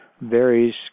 varies